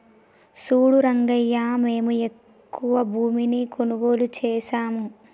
సూడు రంగయ్యా మేము ఎక్కువ భూమిని కొనుగోలు సేసాము